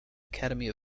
academy